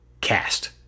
cast